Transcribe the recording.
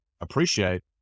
appreciate